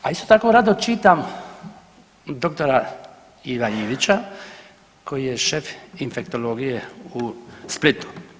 A isto tako rado čitam dr. Iva Ivića koji je šef infektologije u Splitu.